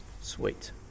Sweet